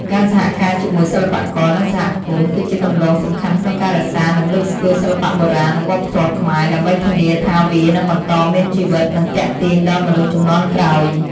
ការសហការជាមួយសិល្បករ និងសហគមន៍ គឺជាគន្លងសំខាន់ក្នុងការរក្សា និងលើកស្ទួយសិល្បៈបុរាណ និងវប្បធម៌ខ្មែរ ដើម្បីធានាថាវានឹងបន្តមានជីវិត និងទាក់ទាញដល់មនុស្សជំនាន់ក្រោយ។